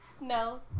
No